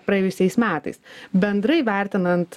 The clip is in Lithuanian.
praėjusiais metais bendrai vertinant